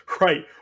Right